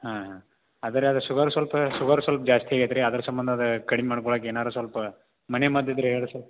ಹಾಂ ಆದರೆ ಅದು ಶುಗರ್ ಸ್ವಲ್ಪ ಶುಗರ್ ಸೊಲ್ಪ ಜಾಸ್ತಿ ಆಗೇತಿ ರೀ ಅದ್ರ ಸಂಬಂಧ ಅದು ಕಡಿಮೆ ಮಾಡ್ಕೊಳ್ಳಾಕೆ ಏನಾರು ಸ್ವಲ್ಪ ಮನೆ ಮದ್ದು ಇದ್ದರೆ ಹೇಳ್ರಿ ಸರ್